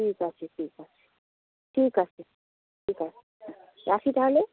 ঠিক আছে ঠিক আছে ঠিক আছে ঠিক আছে রাখি তাহলে